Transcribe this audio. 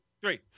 three